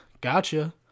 Gotcha